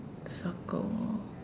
circle